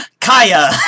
Kaya